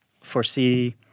foresee